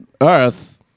Earth